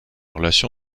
relation